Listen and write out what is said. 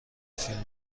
فیلم